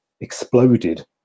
exploded